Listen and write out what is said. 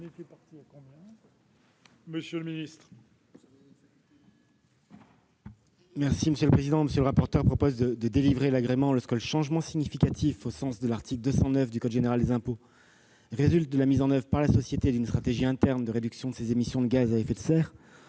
Monsieur le ministre,